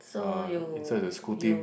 uh inside the school team